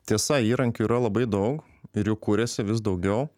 tiesa įrankių yra labai daug ir jų kuriasi vis daugiau